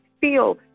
feel